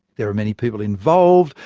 there are many people involved,